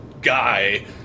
guy